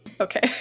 Okay